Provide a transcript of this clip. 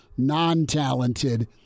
non-talented